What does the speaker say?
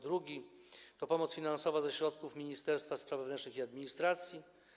Drugi to pomoc finansowa ze środków Ministerstwa Spraw Wewnętrznych i Administracji.